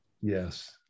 Yes